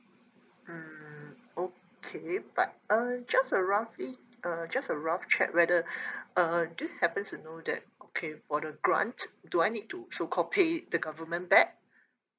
mm okay but uh just a roughly uh just a rough check whether uh do you happen to know that okay for the grant do I need to so call paid the government back